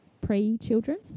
pre-children